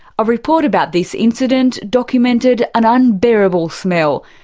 a report about this incident documented an unbearable smell.